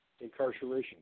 incarceration